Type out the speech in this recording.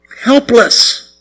Helpless